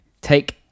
take